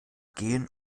gehen